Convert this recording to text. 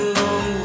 long